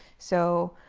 so